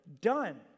done